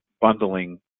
bundling